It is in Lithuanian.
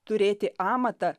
turėti amatą